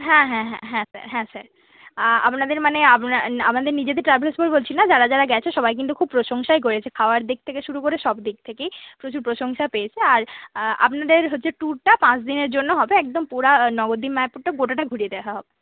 হ্যাঁ হ্যাঁ হ্যাঁ হ্যাঁ স্যার হ্যাঁ স্যার আপনাদের মানে আমাদের নিজেদের ট্রাভেলস বলে বলছি না যারা যারা গেছে সবাই কিন্তু খুব প্রশংসাই করেছে খাওয়ার দিক থেকে শুরু করে সব দিক থেকেই প্রচুর প্রশংসা পেয়েছি আর আপনাদের হচ্ছে ট্যুরটা পাঁচ দিনের জন্য হবে একদম নবদ্বীপ মায়াপুরটা গোটাটা ঘুরিয়ে